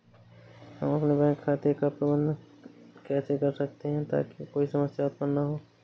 हम अपने बैंक खाते का प्रबंधन कैसे कर सकते हैं ताकि कोई समस्या उत्पन्न न हो?